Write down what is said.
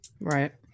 Right